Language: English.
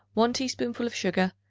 one teaspoonful of sugar,